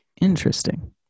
interesting